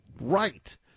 Right